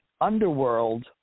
Underworld